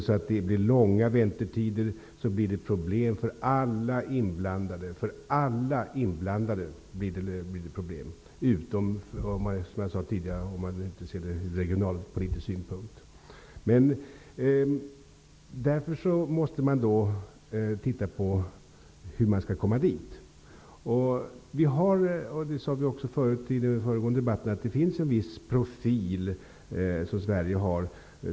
Blir det långa väntetider blir det problem för alla inblandade, utom om man ser det ur regionalpolitisk synpunkt. Därför måste vi titta på hur vi skall komma dit. Sverige har en viss profil. Det sade vi också i den förra debatten.